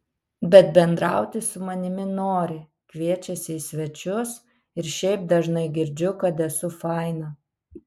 bet bendrauti su manimi nori kviečiasi į svečius ir šiaip dažnai girdžiu kad esu faina